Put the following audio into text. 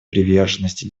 приверженности